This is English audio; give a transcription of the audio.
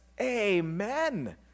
Amen